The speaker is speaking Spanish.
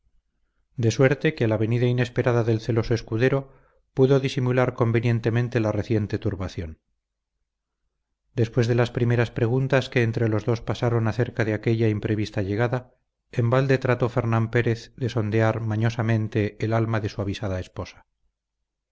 de suerte que a la venida inesperada del celoso escudero pudo disimular convenientemente la reciente turbación después de las primeras preguntas que entre los dos pasaron acerca de aquella imprevista llegada en balde trató fernán pérez de sondear mañosamente el alma de su avisada esposa